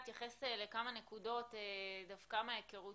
אני אתייחס לכמה נקודות דווקא מההיכרות